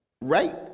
Right